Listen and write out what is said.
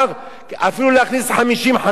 אפילו להכניס 50 חרדים שמה,